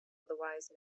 otherwise